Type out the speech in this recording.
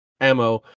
ammo